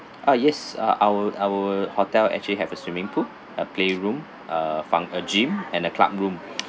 ah yes uh our our hotel actually have a swimming pool a playroom a func~ a gym and a club room